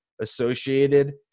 associated